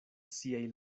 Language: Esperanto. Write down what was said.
siaj